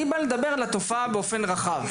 אני בא לדבר על התופעה באופן רחב.